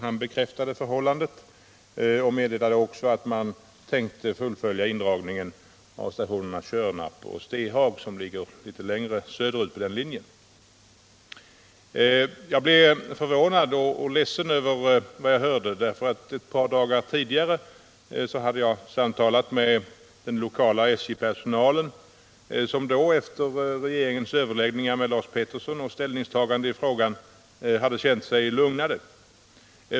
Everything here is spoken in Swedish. Han bekräftade förhållandet och meddelade också att man tänkte fullfölja indragningen av stationerna Tjörnarp och Stehag, som ligger litet längre söderut på den linjen. Jag blev förvånad och ledsen över vad jag hörde. Ett par dagar tidigare hade jag nämligen samtalat med den lokala SJ-personalen som då, efter regeringens överläggningar med Lars Peterson och ställningstagande i frågan, hade känt sig lugnad.